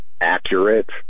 accurate